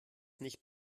nicht